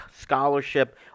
scholarship